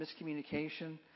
miscommunication